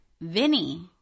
Vinny